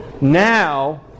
Now